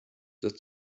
that